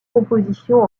compositions